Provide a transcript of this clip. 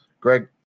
Greg